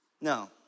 No